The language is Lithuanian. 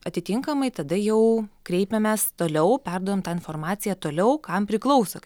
atitinkamai tada jau kreipiamės toliau perduodam tą informaciją toliau kam priklauso